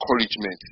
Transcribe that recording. encouragement